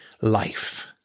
life